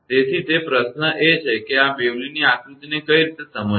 તેથી તે પ્રશ્ન એ છે કે આ બેવલીની આકૃતિનેBewley's diagram કંઇ રીતે સમજવું